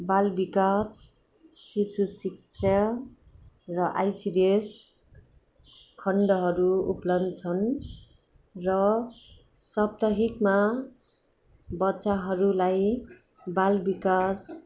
बालविकास शिशु शिक्षा र आइसिडिएस खण्डहरू उपलब्ध छन् र सप्ताहिकमा बच्चाहरूलाई बालविकास